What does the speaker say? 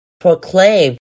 proclaim